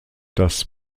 das